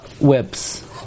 whips